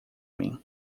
mim